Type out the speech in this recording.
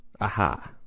aha